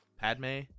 padme